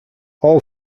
all